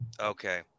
Okay